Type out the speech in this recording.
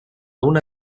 una